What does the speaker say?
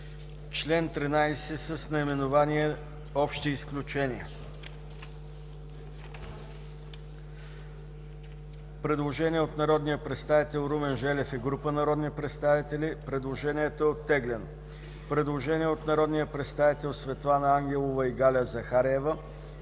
Член 13 с наименование „Общи изключения”. Предложение от народния представител Румен Желев и група народни представители. Предложението е оттеглено. Предложение от народния представител Светлана Ангелова и Галя Захариева.